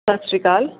ਸਤਿ ਸ਼੍ਰੀ ਅਕਾਲ